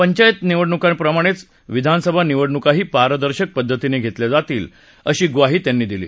पंचायत निवडणुकांप्रमाणेच विधानसभा निवडणुकाही पारदर्शक पद्धतीनं घेतल्या जातील अशी ग्वाही त्यांनी दिली